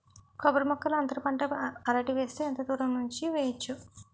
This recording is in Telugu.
కొబ్బరి మొక్కల్లో అంతర పంట అరటి వేస్తే ఎంత దూరం ఉంచి వెయ్యొచ్చు?